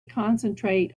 concentrate